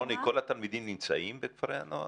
רוני, כל התלמידים נמצאם בכפרי הנוער?